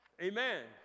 Amen